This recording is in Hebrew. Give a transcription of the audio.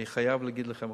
אני חייב להגיד לכם,